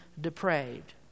depraved